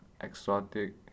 exotic